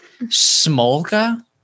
Smolka